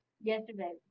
yesterday